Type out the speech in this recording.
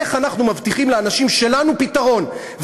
איך אנחנו מבטיחים לאנשים שלנו פתרון.